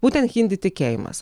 būtent hindi tikėjimas